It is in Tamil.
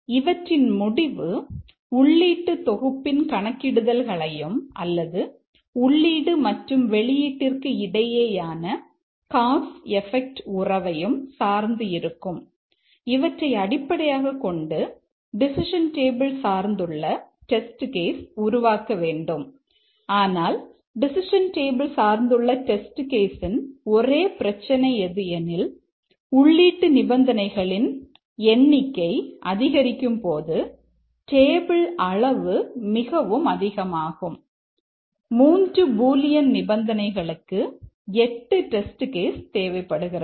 இவற்றின் முடிவு உள்ளீட்டு தொகுப்பின் கணக்கிடுதல்களையும் அல்லது உள்ளீடு மற்றும் வெளியீட்டிற்கு இடையேயான காஸ் எபெக்ட் தேவைப்படுகிறது